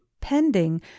pending